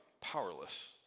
powerless